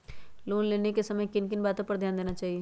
Loan लेने के समय किन किन वातो पर ध्यान देना चाहिए?